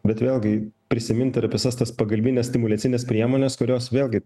bet vėlgi prisimint ir visas tas pagalbines simuliacines priemones kurios vėlgi